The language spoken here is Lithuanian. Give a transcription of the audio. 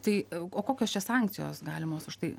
tai o kokios čia sankcijos galimos už tai